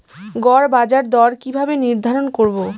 গড় বাজার দর কিভাবে নির্ধারণ করব?